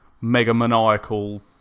mega-maniacal